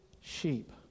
sheep